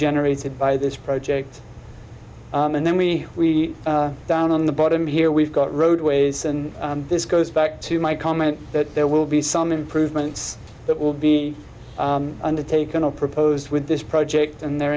generated by this project and then we are down on the bottom here we've got roadways and this goes back to my comment that there will be some improvements that will be undertaken or proposed with this project and they're